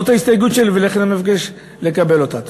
זאת ההסתייגות שלי, ולכן אני מבקש לקבל אותה.